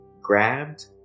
grabbed